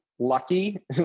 lucky